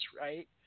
right